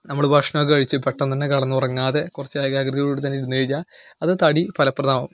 നമ്മൾ ഭക്ഷണം ഒക്കെ കഴിച്ച് പെട്ടെന്ന് തന്നെ കിടന്നുറങ്ങാതെ കുറച്ച് ഏകാഗ്രതയോടുകൂടിതന്നെ ഇരുന്ന് കഴിഞ്ഞാൽ അത് തടി ഫലപ്രദമാവും